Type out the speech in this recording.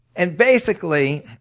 and basically,